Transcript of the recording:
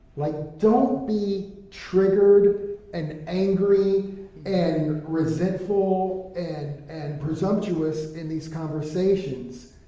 like, don't be triggered and angry and resentful and and presumptuous in these conversations.